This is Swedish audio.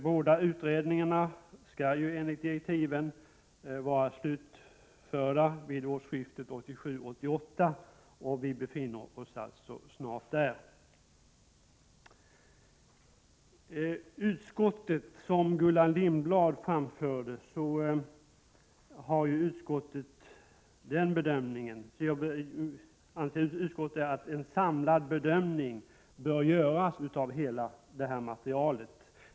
Båda utredningarna skall enligt direkti ven vara slutförda vid årsskiftet 1987-1988, och vi befinner oss alltså snart där. Som Gullan Lindblad anförde anser utskottet att en samlad bedömning bör göras av hela det här materialet.